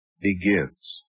begins